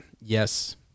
Yes